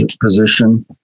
position